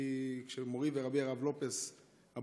כשמורי ורבי הרב לופס,